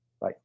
Bye